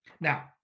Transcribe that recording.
Now